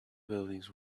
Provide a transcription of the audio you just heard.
buildings